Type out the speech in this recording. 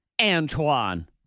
Antoine